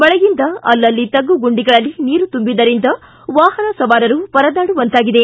ಮಳೆಯಿಂದ ಅಲ್ಲಲ್ಲಿ ತಗ್ಗುಗುಂಡಿಗಳಲ್ಲಿ ನೀರು ತುಂಬಿದ್ದರಿಂದ ವಾಹನ ಸವಾರರು ಪರದಾಡುವಂತಾಗಿದೆ